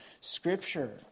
Scripture